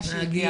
רוצה לברך